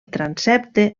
transsepte